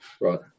Right